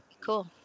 cool